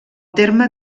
terme